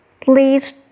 please